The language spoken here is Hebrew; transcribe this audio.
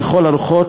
לכל הרוחות,